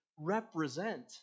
Represent